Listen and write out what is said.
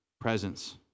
Presence